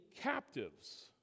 captives